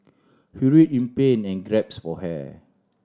he writhed in pain and gasped for air